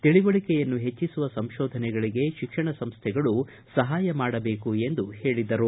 ತಿಳುವಳಕೆಯನ್ನು ಹೆಚ್ಚಿಸುವ ಸಂಶೋಧನೆಗಳಿಗೆ ಶಿಕ್ಷಣ ಸಂಸೈಗಳು ಸಹಾಯ ಮಾಡಬೇಕು ಎಂದು ಹೇಳಿದರು